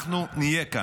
אנחנו נהיה כאן.